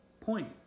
point